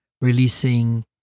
releasing